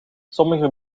sommige